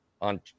on